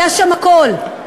היה שם הכול,